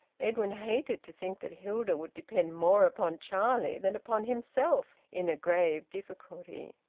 edwin hated to think that hilda would depend more upon charlie than upon himself in a grave difficulty.